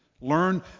Learn